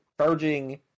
charging